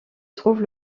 trouve